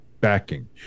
backing